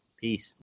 Peace